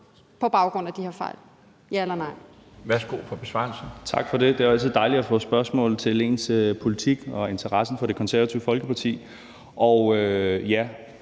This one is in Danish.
på baggrund af de her fejl – ja eller nej?